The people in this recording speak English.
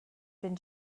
been